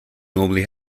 normally